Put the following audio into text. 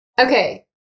Okay